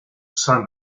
son